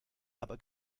aber